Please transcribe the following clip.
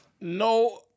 No